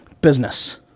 business